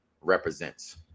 represents